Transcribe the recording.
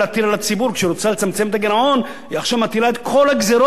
כשהיא רוצה לצמצם את הגירעון היא עכשיו מטילה את כל הגזירות על הציבור.